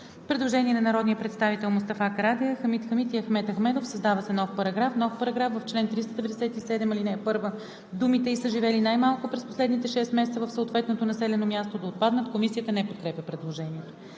Предложение на народните представители Мустафа Карадайъ, Хамид Хамид и Ахмед Ахмедов: „Създава се нов §...:„§... В чл. 397, ал. 1 думите „и са живели най-малко през последните 6 месеца в съответното населено място“ да отпаднат.“ Комисията не подкрепя предложението.